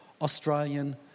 Australian